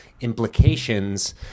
implications